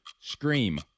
Scream